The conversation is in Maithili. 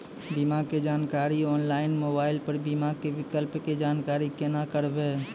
बीमा के जानकारी ऑनलाइन मोबाइल पर बीमा के विकल्प के जानकारी केना करभै?